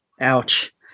Ouch